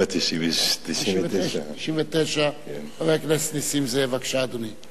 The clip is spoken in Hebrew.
לא, 1999. חבר הכנסת נסים זאב, בבקשה, אדוני.